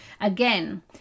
Again